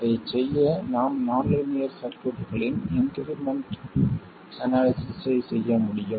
அதைச் செய்ய நாம் நான் லீனியர் சர்க்யூட்களின் இன்க்ரிமெண்ட் அனாலிசிஸ் ஐ செய்ய முடியும்